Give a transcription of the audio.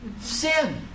Sin